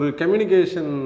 communication